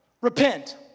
repent